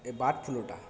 এই বার্ড ফুলুটা